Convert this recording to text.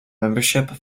membership